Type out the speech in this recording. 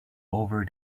over